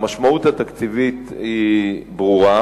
המשמעות התקציבית ברורה,